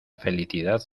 felicidad